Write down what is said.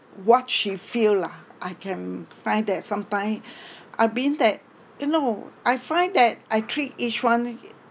what she feel lah I can find that sometime I been that you know I find that I treat each one